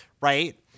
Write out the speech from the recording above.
Right